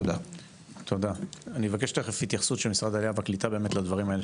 אני אבקש תיכף התייחסות של משרד העלייה והקליטה לדברים האלה,